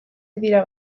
dira